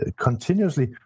continuously